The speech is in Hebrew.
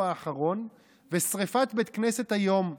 האחרון ושרפת בית כנסת היום ברמלה,